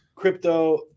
Crypto